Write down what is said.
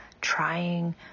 trying